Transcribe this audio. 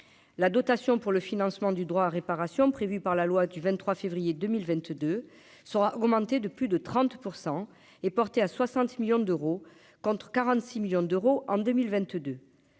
la dotation pour le financement du droit à réparation prévue par la loi du 23 février 2022 sera augmenté de plus de 30 % et portée à 60 millions d'euros, contre 46 millions d'euros en 2022